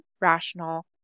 rational